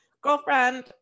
girlfriend